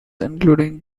including